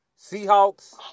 Seahawks